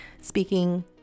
speaking